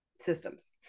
systems